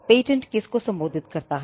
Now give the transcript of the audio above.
patent किसको सम्बोधित करता है